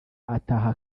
ataha